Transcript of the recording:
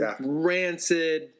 rancid